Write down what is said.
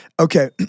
Okay